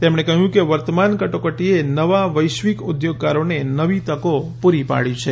તેમણે કહ્યું કે વર્તમાન કટોકટીએ નવા વૈશ્વિક ઉદ્યોગકારોને નવી તકો પૂરી પાડી છે